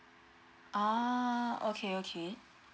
oh okay okay